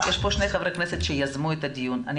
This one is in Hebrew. יש פה שני חברי כנסת שיזמו את הדיון ואני